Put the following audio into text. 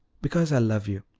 because i love you.